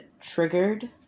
triggered